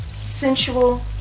sensual